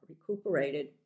recuperated